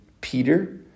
Peter